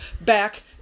back